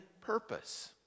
purpose